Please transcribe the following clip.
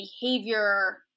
behavior